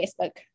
Facebook